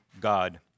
God